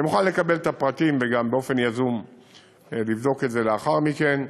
אני מוכן לקבל את הפרטים וגם באופן יזום לבדוק את זה לאחר מכן.